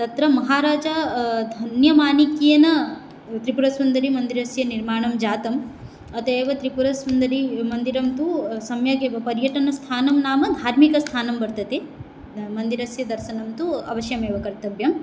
तत्र महाराज धन्यमाणिक्येन त्रिपुरसुन्दरीमन्दिरस्य निर्माणं जातम् अतः एव त्रिपुरसुन्दरीमन्दिरं तु सम्यगेव पर्यटनस्थानं नाम धार्मिकस्थानं वर्तते मन्दिरस्य दर्शनं तु अवश्यमेव कर्तव्यम्